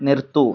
നിർത്തൂ